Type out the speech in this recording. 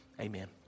Amen